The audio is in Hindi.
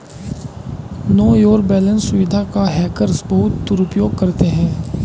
नो योर बैलेंस सुविधा का हैकर्स बहुत दुरुपयोग करते हैं